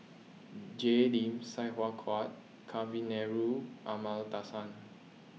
Jay Lim Sai Hua Kuan Kavignareru Amallathasan